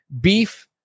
beef